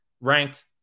ranked